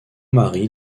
marie